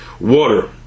water